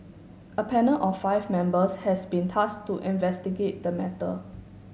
a panel of five members has been task to investigate the matter